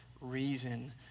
reason